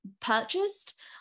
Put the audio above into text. purchased